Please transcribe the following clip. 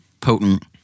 potent